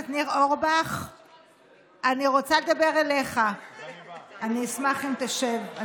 אני אשמח אם תשב.